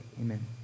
amen